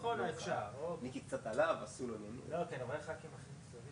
מוכרחה לחלחל למטה - דרך מפקדים אזוריים,